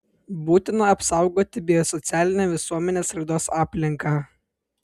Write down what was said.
būtina apsaugoti biosocialinę visuomenės raidos aplinką